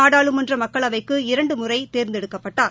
நாடாளுமன்றமக்களவைக்கு இரண்டுமுறைதேர்ந்தெடுக்கப்பட்டார்